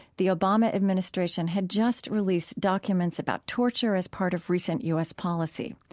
the obama administration had just released documents about torture as part of recent u s. policy.